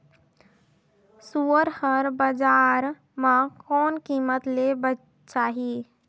सुअर हर बजार मां कोन कीमत ले बेचाही?